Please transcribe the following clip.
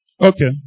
Okay